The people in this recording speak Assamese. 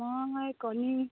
মই কণী